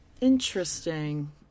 Interesting